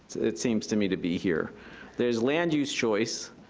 it seems to me, to be here there's land use choice,